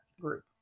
group